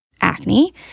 acne